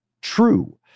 true